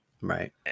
Right